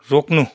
रोक्नु